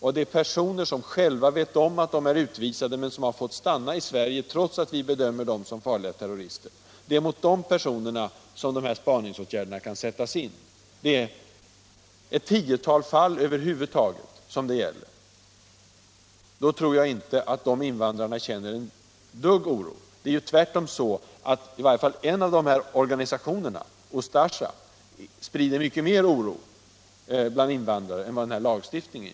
Vederbörande vet själva att de är utvisade men att de får stanna i Sverige, trots att vi bedömer dem som farliga terrorister. Det gäller bara ett tiotal fall. Jag tror inte att de invandrare som känner till lagens innebörd känner den minsta oro. Det är tvärtom så, att en av de här organisationerna, Ustasja, sprider mycket mer oro bland invandrare än lagstiftningen.